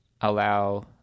allow